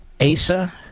Asa